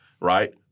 right—